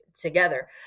together